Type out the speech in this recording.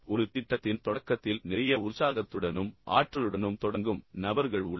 ஒரு திட்டத்தின் தொடக்கத்தில் நிறைய உற்சாகத்துடனும் ஆற்றலுடனும் தொடங்கும் நபர்கள் உள்ளனர்